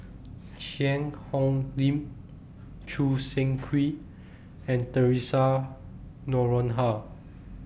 Cheang Hong Lim Choo Seng Quee and Theresa Noronha